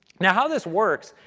now, how this works,